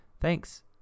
Thanks